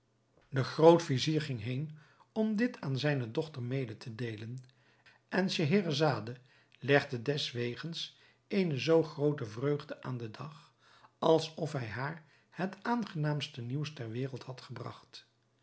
de groot-vizier ging heen om dit aan zijne dochter mede te deelen en scheherazade legde deswegens eene zoo groote vreugde aan den dag als of hij haar het aangenaamste nieuws ter wereld had gebragt